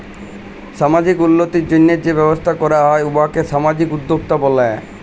সামাজিক উল্লতির জ্যনহে যে ব্যবসা ক্যরা হ্যয় উয়াকে সামাজিক উদ্যোক্তা ব্যলে